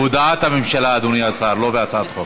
בהודעת הממשלה, אדוני השר, לא בהצעת חוק.